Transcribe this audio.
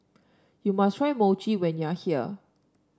you must try Mochi when you are here